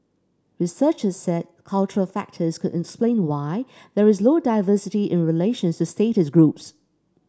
researchers said cultural factors could explain why there is low diversity in relation to status groups